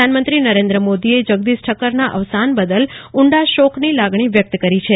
પ્રધાનમંત્રી નરેન્દ્ર મોદીએ જગદીશ ઠક્કરના અવસાન બદલ ઉંડા શોકની લાગણી વ્યક્ત કરી છે